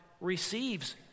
receives